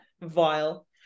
Vile